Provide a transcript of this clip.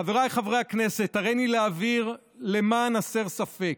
חבריי חברי הכנסת, הריני להבהיר למען הסר ספק,